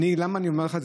למה אני אומר לך את זה?